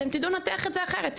אתם תדעו לנתח את זה אחרת.